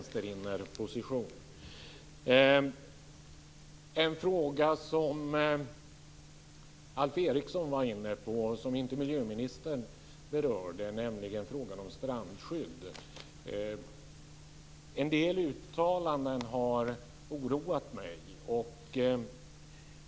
Jag vill ta upp en fråga som Alf Eriksson var inne på och som miljöministern inte berörde, nämligen frågan om strandskydd. En del uttalanden har oroat mig.